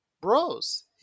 bros